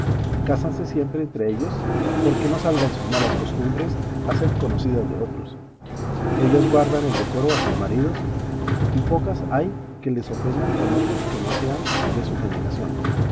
bailadores cásanse siempre entre ellos porque no salgan sus malas costumbres a ser conocidas de otros ellas guardan el decoro a sus maridos y pocas hay que les ofendan con otros que no sean de su generación